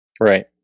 right